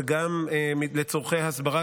וגם לצורכי הסברה,